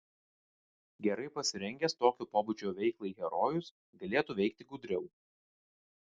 gerai pasirengęs tokio pobūdžio veiklai herojus galėtų veikti gudriau